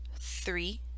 three